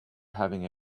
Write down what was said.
having